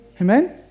Amen